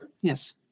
Yes